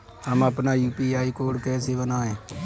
हम अपना UPI code कैसे बनाएँ?